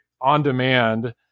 on-demand